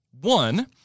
One